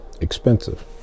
expensive